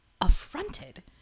affronted